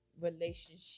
relationship